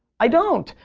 i don't.